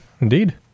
indeed